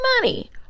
money